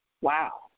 Wow